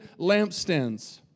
lampstands